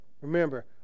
Remember